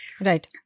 Right